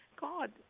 God